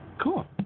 Cool